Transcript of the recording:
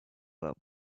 were